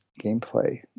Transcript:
gameplay